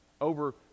over